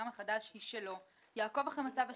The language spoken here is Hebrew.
מחדש היא של הממונה: יעקוב אחרי מצב השוק,